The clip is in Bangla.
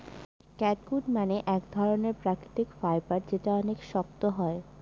ক্যাটগুট মানে এক ধরনের প্রাকৃতিক ফাইবার যেটা অনেক শক্ত হয়